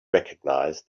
recognize